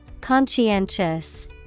Conscientious